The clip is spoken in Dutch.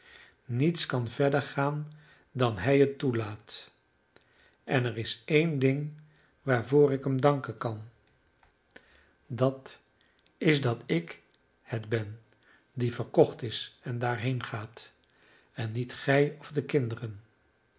niets kan verder gaan dan hij het toelaat en er is een ding waarvoor ik hem danken kan dat is dat ik het ben die verkocht is en daarheen ga en niet gij of de kinderen